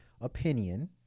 opinion